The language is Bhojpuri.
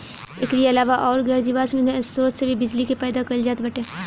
एकरी अलावा अउर गैर जीवाश्म ईधन स्रोत से भी बिजली के पैदा कईल जात बाटे